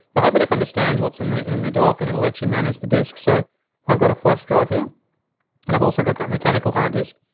the hyperdeck understands what's in the in the dock and it'll and let you manage the disks. so i've got a flash drive here and i've also got that mechanical hard disk,